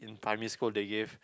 primary school they gave